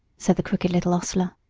said the crooked little hostler,